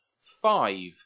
five